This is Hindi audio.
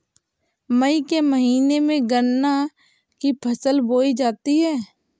मई के महीने में गन्ना की फसल बोई जाती है